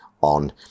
on